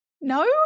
No